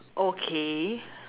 okay